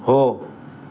हो